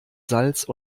salz